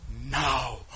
now